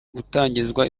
gutangizwa